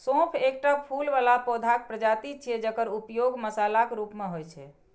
सौंफ एकटा फूल बला पौधाक प्रजाति छियै, जकर उपयोग मसालाक रूप मे होइ छै